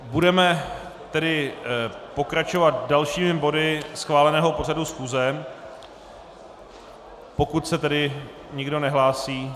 Budeme pokračovat dalšími body schváleného pořadu schůze, pokud se nikdo nehlásí.